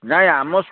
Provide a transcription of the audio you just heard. ନାହିଁ ଆମ